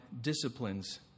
disciplines